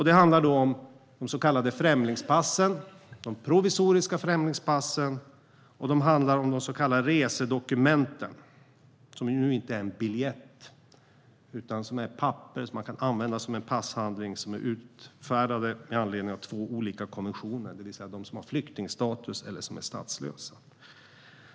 Det handlar om de så kallade främlingspassen, de provisoriska främlingspassen och de så kallade resedokumenten, som ju inte är en biljett utan papper som man kan använda som en passhandling och som utfärdas med anledning av två olika konventioner - det handlar om dem som har flyktingstatus eller som är statslösa.